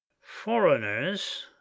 foreigners